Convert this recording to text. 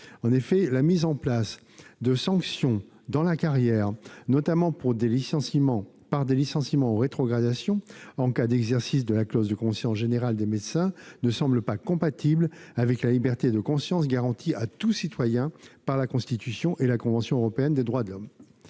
En effet, la mise en place de sanctions pour ce qui concerne la carrière, notamment par des licenciements ou rétrogradations, en cas d'exercice de la clause de conscience générale ne semble pas compatible avec la liberté de conscience garantie à tout citoyen par la Constitution et la Convention européenne des droits de l'homme.